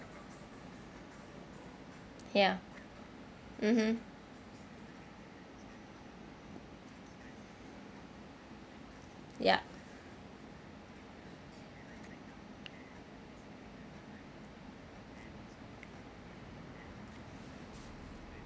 ya mmhmm yup